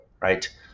right